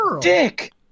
dick